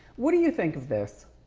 what do you think of this?